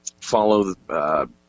follow